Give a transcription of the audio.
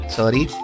sorry